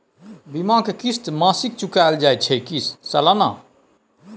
बीमा के किस्त मासिक चुकायल जाए छै की सालाना?